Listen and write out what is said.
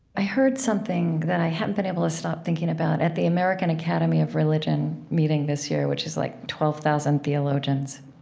i heard something that i haven't been able to stop thinking about at the american academy of religion meeting this year, which is like twelve thousand theologians.